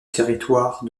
territoire